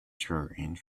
touring